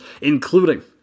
including